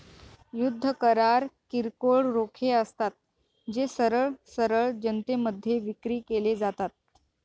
युद्ध करार किरकोळ रोखे असतात, जे सरळ सरळ जनतेमध्ये विक्री केले जातात